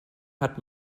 hat